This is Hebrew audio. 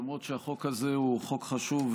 למרות שהחוק הזה הוא חוק חשוב,